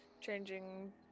changing